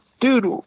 dude